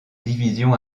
division